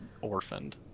orphaned